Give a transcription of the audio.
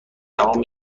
تمام